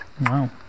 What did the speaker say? Wow